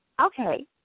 okay